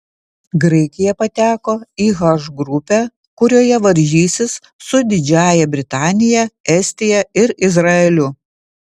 graikija pateko į h grupę kurioje varžysis su didžiąja britanija estija ir izraeliu